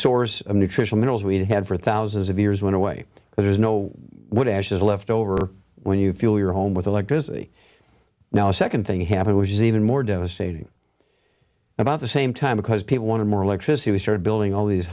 source of nutritional minerals we'd had for thousands of years went away there was no wood ashes left over when you feel your home with electricity now a second thing happened which is even more devastating about the same time because people wanted more electricity we started building all these